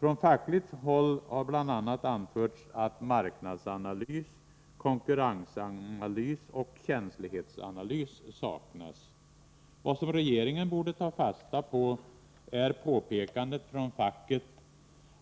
Från fackligt håll har bl.a. anförts att marknadsanalys, konkurrensanalys och känslighetsanalys saknas. Vad regeringen borde ta fasta på är påpekandet från facket